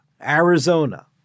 Arizona